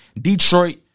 Detroit